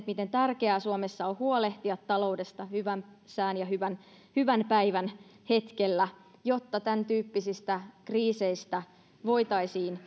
miten tärkeää suomessa on huolehtia taloudesta hyvän sään ja hyvän hyvän päivän hetkellä jotta tämäntyyppisistä kriiseistä voitaisiin